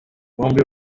bombi